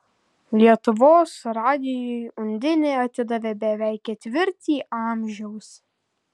lietuvos radijui undinė atidavė beveik ketvirtį amžiaus